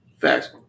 Facts